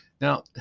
Now